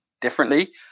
differently